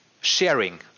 sharing